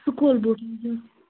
school بوٗٹھ